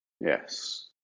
yes